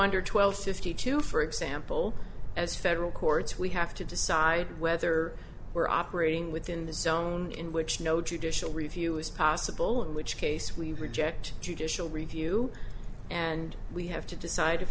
under twelve fifty two for example as federal courts we have to decide whether we're operating within the zone in which no judicial review is possible in which case we reject judicial review and we have to decide if